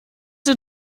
sie